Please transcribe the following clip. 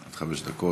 חמש דקות,